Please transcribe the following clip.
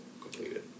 completed